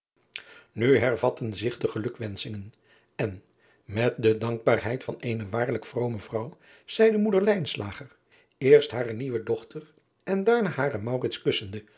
u hervatten zich de gelukwenschingen en met de dankbaarheid van eene waarlijk vrome vrouw zeide moeder eerst hare nieuwe ochter en daarna haren kussende